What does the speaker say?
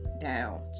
down